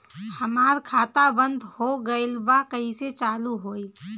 हमार खाता बंद हो गइल बा कइसे चालू होई?